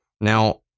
Now